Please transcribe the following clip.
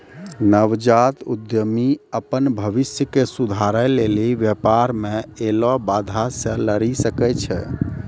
नवजात उद्यमि अपन भविष्य के सुधारै लेली व्यापार मे ऐलो बाधा से लरी सकै छै